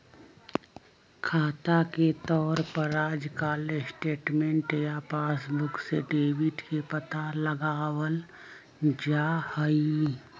खाता के तौर पर आजकल स्टेटमेन्ट या पासबुक से डेबिट के पता लगावल जा हई